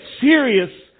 serious